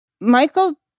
Michael